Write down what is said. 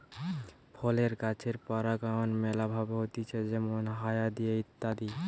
ফলের গাছের পরাগায়ন ম্যালা ভাবে হতিছে যেমল হায়া দিয়ে ইত্যাদি